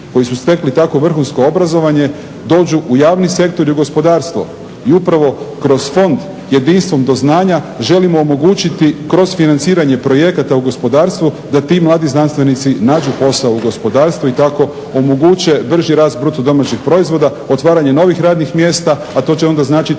koji su stekli takvo vrhunsko obrazovanje dođu u javni sektor i u gospodarstvo i upravo kroz fond Jedinstvom do znanja želimo omogućiti kroz financiranje projekata u gospodarstvu da ti mladi znanstvenici nađu posao u gospodarstvu i tako omoguće brži rast bruto domaćeg proizvoda, otvaranje novih radnih mjesta, a to će onda značiti